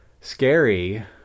scary